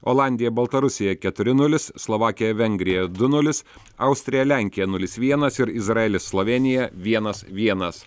olandija baltarusija keturi nulis slovakija vengrija du nulis austrija lenkija nulis vienas ir izraelis slovėnija vienas vienas